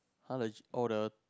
!huh! legi~ or the